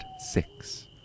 six